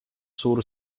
suur